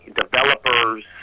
developers